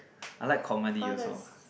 I like comedy also